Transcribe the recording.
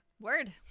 Word